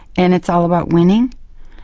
and it's all about winning.